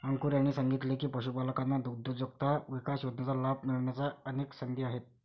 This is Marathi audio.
अंकुर यांनी सांगितले की, पशुपालकांना दुग्धउद्योजकता विकास योजनेचा लाभ मिळण्याच्या अनेक संधी आहेत